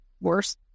worse